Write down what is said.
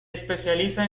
especializa